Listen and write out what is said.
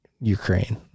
Ukraine